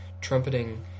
trumpeting